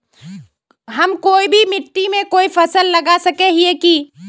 हम कोई भी मिट्टी में कोई फसल लगा सके हिये की?